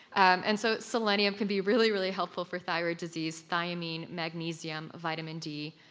and so selenium can be really, really helpful for thyroid disease. thiamine magnesium, vitamin d,